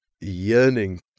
yearning